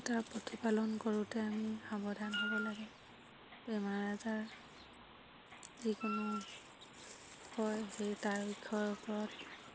তাৰ প্ৰতিপালন কৰোঁতে আমি সাৱধান হ'ব লাগে বেমাৰ আজাৰ যিকোনো হয় সেই তাৰ ৰক্ষাৰ ওপৰত